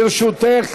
לרשותך